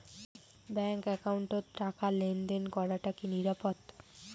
Bank একাউন্টত টাকা লেনদেন করাটা কি নিরাপদ?